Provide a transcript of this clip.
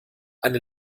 eine